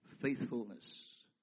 Faithfulness